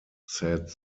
said